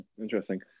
interesting